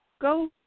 go